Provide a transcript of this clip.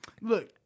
Look